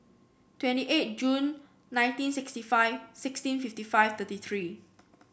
twenty eight June nineteen sixty five sixteen fifty five thirty three